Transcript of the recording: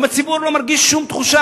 גם הציבור לא מרגיש שום תחושה,